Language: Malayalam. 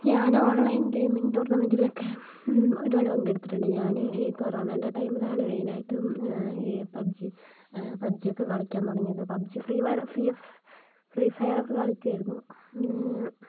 ഞാൻ ഓൺലൈൻ ഗെയിമിംഗ് ടൂർണമെന്റിൽ ഒക്കെ ഒരുപാട് പങ്കെടുത്തിട്ടുണ്ട് ഞാന് ഈ കൊറോണയുടെ ടൈമിലാണ് മൈനായിട്ടും ഈ പബ്ജി പബ്ജി ഒക്കെ കളിക്കാൻ തുടങ്ങിയത് PUBG Free Fire Free Fire ഒക്കെ കളിക്കുമായിരുന്നു